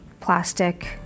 plastic